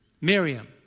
Miriam